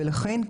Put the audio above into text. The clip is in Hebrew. ולכן,